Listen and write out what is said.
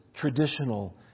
traditional